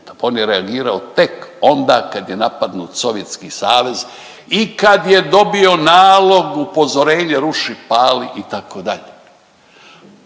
on je regirao tek onda kada je napadnut Sovjetski savez i kad je dobio nalog, upozorenje ruši, pali itd..